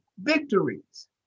victories